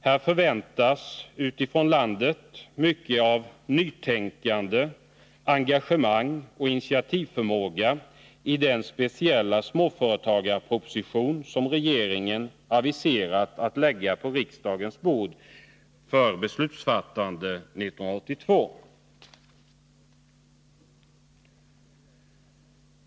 Här förväntas utifrån landet mycket av nytänkande, engagemang och initiativförmåga i den speciella småföretagarproposition som regeringen har aviserat att lägga på riksdagens bord för beslutsfattande nästa år.